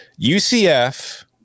UCF